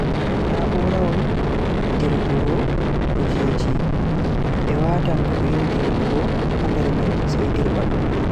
Na'urawol dirbugo kujeji, be watan ko be yidi dirbugo ha nder mai sai dirba dum.